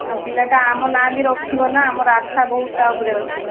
ଆଉ ପିଲାଟା ଆମ ନାଁ ବି ରଖିବ ନା ଆମର ଆଶା ବହୁତ ତା ଉପରେ ଅଛି